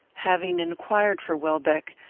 having inquired for welbeck,